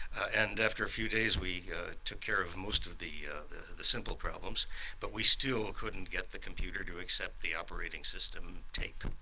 and after a few days we took care of most of the the simple problems but we still couldn't get the computer to accept the operating system, tape.